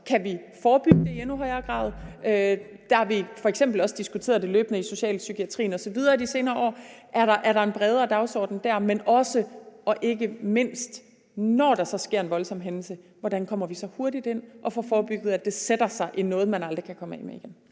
kan forebygge det i endnu højere grad. Der har vi f.eks. også diskuteret det løbende i socialpsykiatrien osv. de senere år. Er der en bredere dagsorden dér? Men det gælder også, og ikke mindst, hvordan vi, når der sker en voldsom hændelse, så hurtigt kommer ind og får forebygget, at det sætter sig og bliver til noget, man aldrig kan komme af med igen.